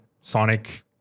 Sonic